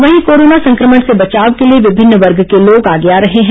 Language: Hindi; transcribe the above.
वहीं कोरोना संक्रमण से बचाव के लिए विभिन्न वर्ग के लोग आगे आ रहे हैं